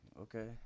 Okay